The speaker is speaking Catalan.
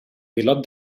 pilot